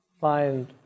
find